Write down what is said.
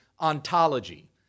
ontology